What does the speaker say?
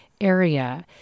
area